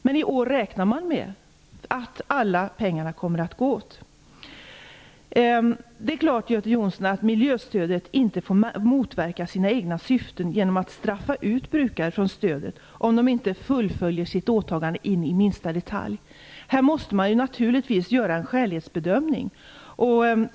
Men i år räknar man med att alla pengar kommer att gå åt. Det är klart, Göte Jonsson, att miljöstödet inte får motverka sina egna syften genom att man straffar ut brukare från stödet om de inte fullföljer sina åtaganden in i minsta detalj. Här måste man naturligtvis göra en skälighetsbedömning.